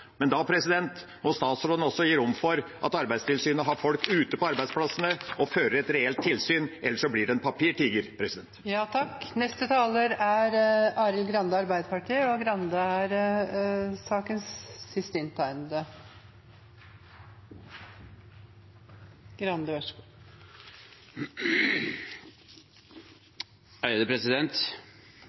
Men da må statsråden også gi rom for at Arbeidstilsynet har folk ute på arbeidsplassene og fører et reelt tilsyn, eller så blir det en papirtiger. Høyresiden står i en utrolig spagat i denne saken. Margret Hagerup har nettopp vært oppe og